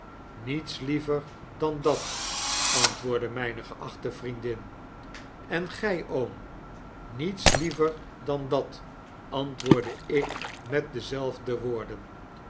niets liever dan dat antwoordde mijne geachte vriendin en gy oom niets liever dan dat antwoordde ik met dezelfde woorden